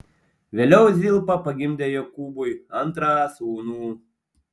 vėliau zilpa pagimdė jokūbui antrą sūnų